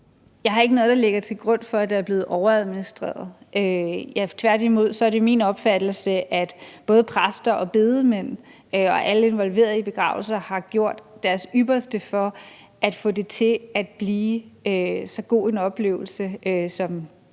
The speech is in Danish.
Jeg har ikke noget at lægge til grund for at sige, at der er blevet overadministreret. Tværtimod er det min opfattelse, at både præster og bedemænd og alle involverede i begravelser har gjort deres ypperste for at få det til at blive så god en oplevelse, som det